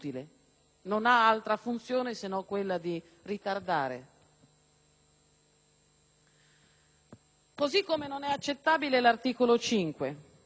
modo non è accettabile l'articolo 5. Si tratta di una norma che ha resistito per oltre 60 anni.